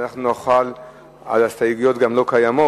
אז גם ההסתייגויות לא קיימות,